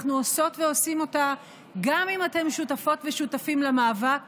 אנחנו עושות ועושים אותה גם אם אתם שותפות ושותפים למאבק